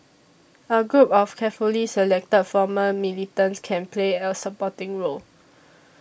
a group of carefully selected former militants can play a supporting role